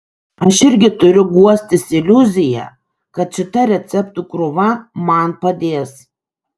aš irgi turiu guostis iliuzija kad šita receptų krūva man padės